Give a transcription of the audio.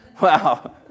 Wow